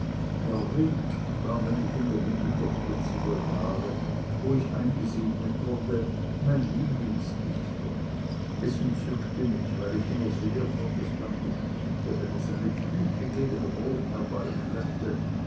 herwegh war nämlich in der mitte der vierziger jahre wo ich eingesegnet wurde mein lieblingsdichter es entzückte mich weil ich immer sehr protestantisch fühlte wenn er seine flüche gegen rom